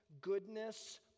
goodness